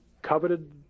coveted